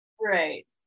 Right